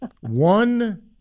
One